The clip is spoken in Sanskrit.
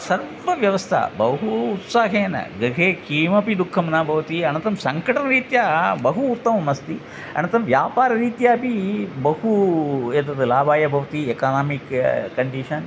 सर्व व्यवस्था बहू उत्साहेन गृहे किमपि दुःखं न भवति अनन्तरं सङ्कटरीत्या बहु उत्तममस्ति अनन्तरं व्यापाररीत्या अपि बहु एतद् लाभाय भवति एकनामिक् कण्डीशन्